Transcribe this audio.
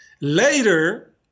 Later